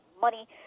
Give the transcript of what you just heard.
money